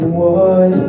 boy